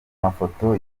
mafoto